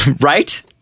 right